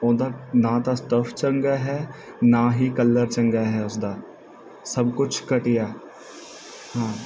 ਉਹਦਾ ਨਾਂ ਤਾਂ ਸਟਫ ਚੰਗਾ ਹੈ ਨਾ ਹੀ ਕਲਰ ਚੰਗਾ ਹੈ ਉਸਦਾ ਸਭ ਕੁਝ ਘਟੀਆ ਹਾਂ